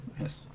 Yes